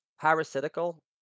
Parasitical